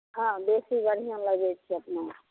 हॅं बेसी बढ़िऑं लगै छै अपना